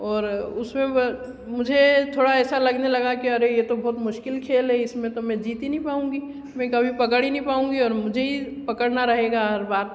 और उसमें मुझे थोड़ा ऐसा लगने लगा की अरे ये तो बहुत मुश्किल खेल है इसमें तो मैं जीत ही नहीं पाऊँगी मैं कभी पकड़ हीं नहीं पाऊंगी और मुझे ही पकड़ना होगा हर बार